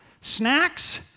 Snacks